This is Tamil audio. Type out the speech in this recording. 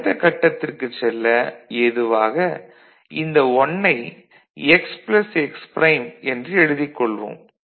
அடுத்தக் கட்டத்திற்குச் செல்ல ஏதுவாக இந்த 1 ஐ x x' என்று எழுதிக் கொள்வோம்